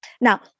Now